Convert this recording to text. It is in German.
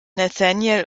nathaniel